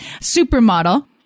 Supermodel